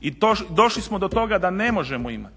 i došli smo do toga da ne možemo imati,